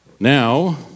Now